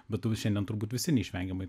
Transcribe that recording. bet to šiandien turbūt visi neišvengiamai